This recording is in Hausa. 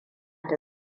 da